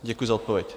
Děkuji za odpověď.